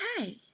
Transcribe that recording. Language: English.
okay